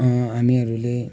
हामीहरूले